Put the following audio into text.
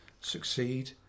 succeed